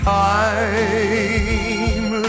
time